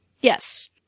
Yes